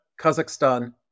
Kazakhstan